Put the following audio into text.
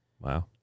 Wow